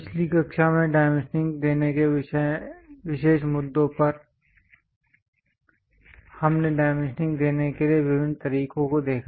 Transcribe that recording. पिछली कक्षा में डाइमेंशनिंग देने के विशेष मुद्दों पर हमने डाइमेंशनिंग देने के विभिन्न तरीकों को देखा